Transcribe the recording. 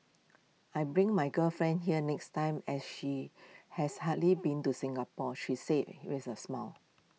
I'm bring my girlfriend here next time as she has hardly been to Singapore she says with A smile